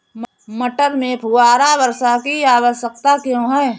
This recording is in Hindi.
मटर में फुहारा वर्षा की आवश्यकता क्यो है?